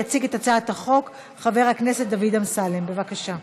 יציג את הצעת החוק חבר הכנסת דוד אמסלם, בבקשה.